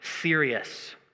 serious